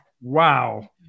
Wow